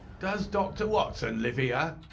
does dr. watson live here?